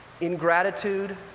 Ingratitude